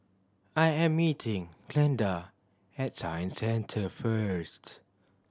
I am meeting Glenda at Science Centre first